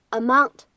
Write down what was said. amount